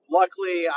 luckily